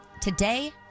today